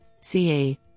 CA